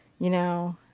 you know.